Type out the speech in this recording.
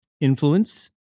influence